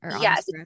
Yes